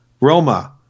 Roma